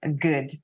good